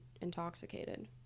intoxicated